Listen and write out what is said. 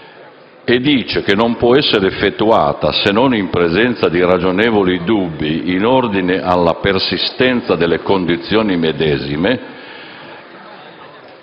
che «non può essere effettuata se non in presenza di ragionevoli dubbi in ordine alla persistenza delle condizioni medesime»;